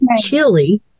chili